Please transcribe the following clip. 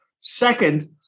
Second